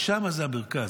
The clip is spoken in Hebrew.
ששם זה המרכז,